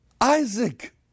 Isaac